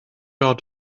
out